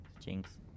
Jinx